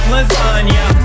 Lasagna